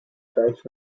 french